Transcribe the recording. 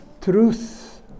truth